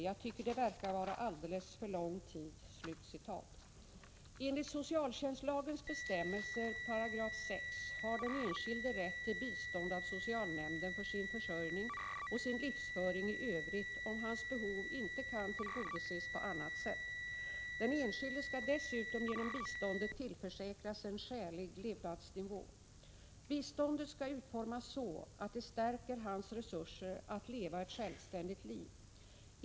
Jag tycker det verkar vara alldeles för lång tid.” Enligt socialtjänstlagens bestämmelser har den enskilde rätt till bistånd av socialnämnden för sin försörjning och sin livsföring i övrigt, om hans behov inte kan tillgodoses på annat sätt. Den enskilde skall dessutom genom biståndet tillförsäkras en skälig levnadsnivå. Biståndet skall utformas så att det stärker hans resurser att leva ett självständigt liv.